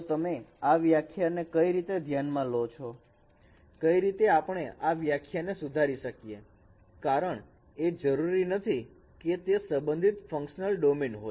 તો તમે આ વ્યાખ્યાને કઈ રીતે ધ્યાનમાં લો છો કઈ રીતે આપણે આ વ્યાખ્યાન સુધારી શકીએ કારણ કે એ જરૂરી નથી કે તે સંબંધિત ફંકશનલ ડોમેન હોય